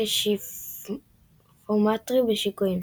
כשיפומטרי בשיקויים.